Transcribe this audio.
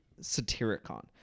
Satiricon